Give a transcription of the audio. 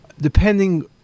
Depending